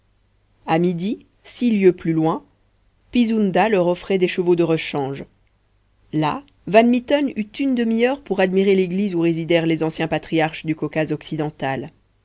a midi six lieues plus loin pizunda leur offrait des chevaux de rechange là van mitten eut une demi-heure pour admirer l'église où résidèrent les anciens patriarches du caucase occidental